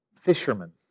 fishermen